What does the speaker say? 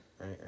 right